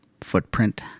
footprint